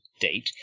date